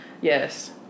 yes